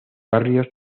barrios